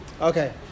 Okay